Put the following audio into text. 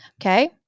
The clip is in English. Okay